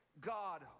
God